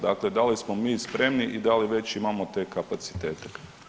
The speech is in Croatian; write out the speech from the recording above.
Dakle, dali smo mi spremni i da li već imamo te kapacitete?